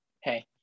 Hey